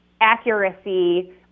accuracy